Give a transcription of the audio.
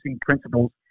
principles